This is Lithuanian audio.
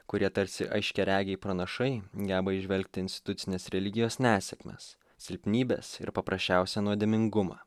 kurie tarsi aiškiaregiai pranašai geba įžvelgti institucinės religijos nesėkmes silpnybes ir paprasčiausią nuodėmingumą